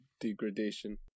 degradation